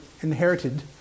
inherited